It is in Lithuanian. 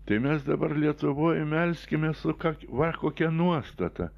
tai mes dabar lietuvoj melskimės su ka va kokia nuostata